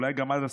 אולי גם עד הסוף,